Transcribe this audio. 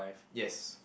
yes